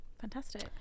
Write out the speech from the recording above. fantastic